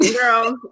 Girl